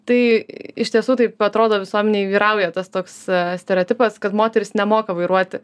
tai iš tiesų taip atrodo visuomenėj vyrauja tas toks stereotipas kad moterys nemoka vairuoti